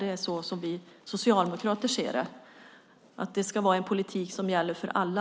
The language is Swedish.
Det är så som vi socialdemokrater ser på detta. Det ska vara en politik som gäller för alla.